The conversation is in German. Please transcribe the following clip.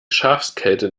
schafskälte